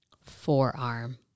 Forearm